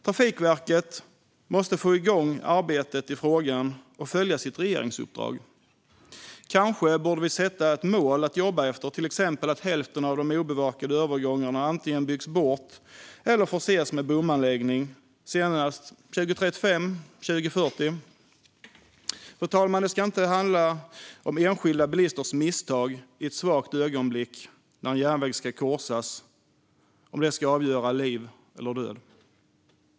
Trafikverket måste få i gång arbetet i frågan och följa sitt regeringsuppdrag. Kanske borde vi sätta ett mål att jobba efter, till exempel att hälften av de obevakade övergångarna antingen byggts bort eller förses med bomanläggning senast 2035 eller 2040. Fru talman! Det ska inte vara enskilda bilisters misstag i ett svagt ögonblick när en järnväg korsas som avgör liv eller död.